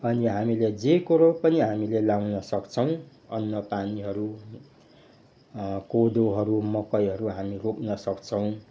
अनि हामीले जे कुरो पनि हामीले लगाउन सक्छौँ अन्नपानीहरू कोदोहरू मकैहरू हामीले रोप्न सक्छौँ